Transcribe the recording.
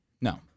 No